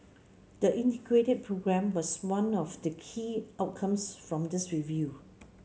the Integrated Programme was one of the key outcomes from this review